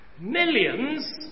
millions